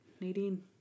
Nadine